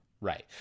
Right